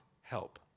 help